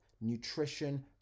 nutrition